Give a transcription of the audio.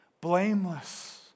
Blameless